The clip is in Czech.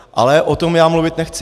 Ale o tom já mluvit nechci.